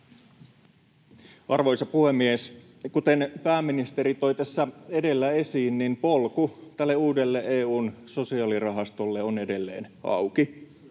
Arvoisa puhemies! Kuten pääministeri toi tässä edellä esiin, niin polku tälle uudelle EU:n sosiaalirahastolle on edelleen auki.